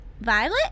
Violet